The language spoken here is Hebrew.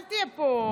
אל תהיה פה,